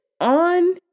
on